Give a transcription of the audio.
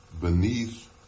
beneath